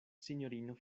sinjorino